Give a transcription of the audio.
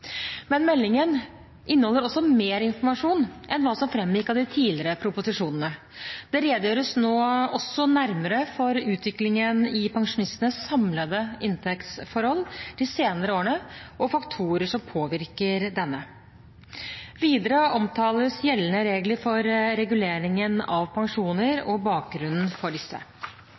Men meldingen inneholder også mer informasjon enn hva som framgikk av de tidligere proposisjonene. Det redegjøres nå også nærmere for utviklingen i pensjonistenes samlede inntektsforhold de senere årene og faktorer som påvirker denne. Videre omtales gjeldende regler for reguleringen av pensjoner og bakgrunnen for disse.